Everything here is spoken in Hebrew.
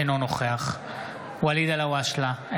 אינו נוכח ואליד אלהואשלה,